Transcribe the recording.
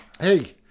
Hey